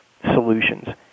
solutions